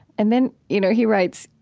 and then, you know he writes,